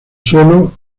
suelo